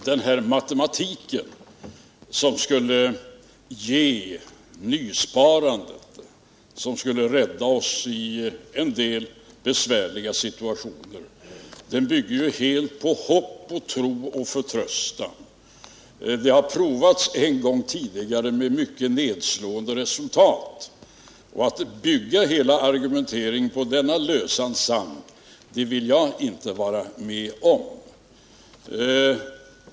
Herr talman! Matematiken som skulle ge det nysparande som skulle rädda oss i en del besvärliga situationer bygger helt på hopp och tro och förtröstan. Det har provats en gång tidigare med mycket nedslående resultat. Att bygga hela argumenteringen på så lösan sand vill jag inte vara med om.